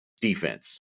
defense